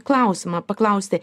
klausimą paklausti